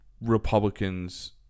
Republicans